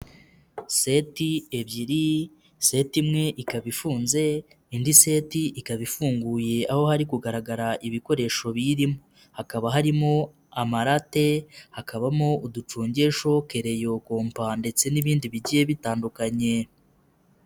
Seti ebyiri, sete imwe ikaba ifunze, indi set ikaba ifunguye aho hari kugaragara ibikoresho biyirimo, hakaba harimo amarate, hakabamo uducongesho, kereyo, kopa ndetse n'ibindi bigiye bitandukanye.